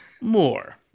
more